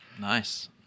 Nice